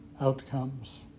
outcomes